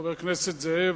חבר הכנסת זאב,